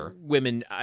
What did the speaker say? women